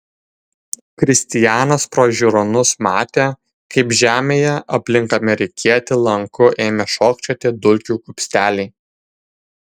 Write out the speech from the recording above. kristijanas pro žiūronus matė kaip žemėje aplink amerikietį lanku ėmė šokčioti dulkių kupsteliai